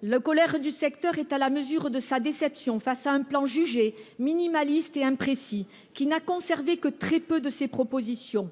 La colère du secteur est à la mesure de sa déception face à un plan jugé minimaliste et imprécis, qui n'a conservé que très peu de ses propositions.